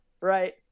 right